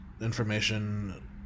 information